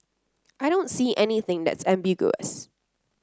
I don't see anything that's ambiguous